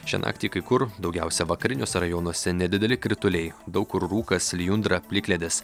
šią naktį kai kur daugiausia vakariniuose rajonuose nedideli krituliai daug kur rūkas lijundra plikledis